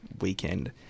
weekend